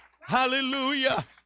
Hallelujah